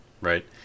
right